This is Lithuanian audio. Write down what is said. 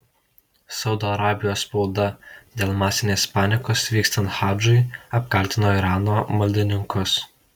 saudo arabijos spauda dėl masinės panikos vykstant hadžui apkaltino irano maldininkus